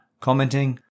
commenting